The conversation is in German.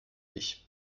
ich